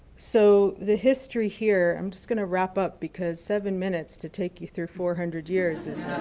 so the history here, i'm just going to wrap up because seven minutes to take you through four hundred years is